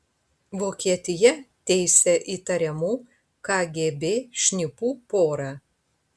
vokietija teisia įtariamų kgb šnipų porą